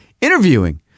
interviewing